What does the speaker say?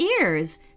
ears